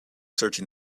searching